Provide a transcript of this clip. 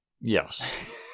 Yes